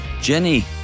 Jenny